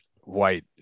white